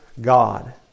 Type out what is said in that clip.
God